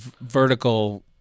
vertical